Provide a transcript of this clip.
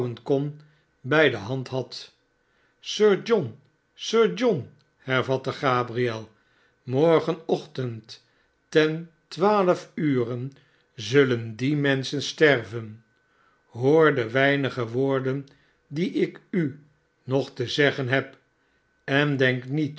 bij de hand had sir john sir john hervatte gabriel morgenochtendtentwaa ure zullen die menschen sterven hoor de weinige woorden die ik u nog te zeggen heb en denk niet